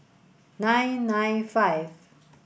nine nine five